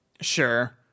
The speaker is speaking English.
Sure